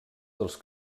dels